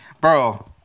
bro